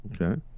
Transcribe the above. Okay